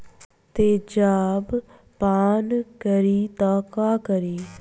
तेजाब पान करी त का करी?